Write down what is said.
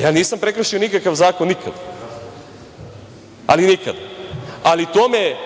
Ja nisam prekršio nikakav zakon nikad, ali nikad. To me